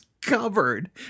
covered